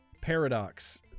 Paradox